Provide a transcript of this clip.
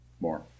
more